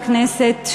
בכנסת,